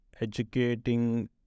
educating